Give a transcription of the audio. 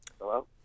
Hello